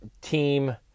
team